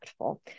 impactful